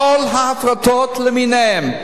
כל ההפרטות למיניהן.